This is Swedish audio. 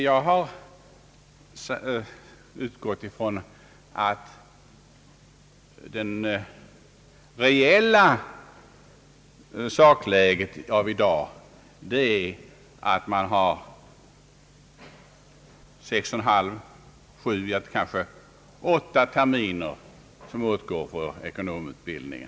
Jag har utgått från det faktiska förhållandet att det i dag åtgår sex å sju, ja kanske åtta terminer för ekonomutbildning.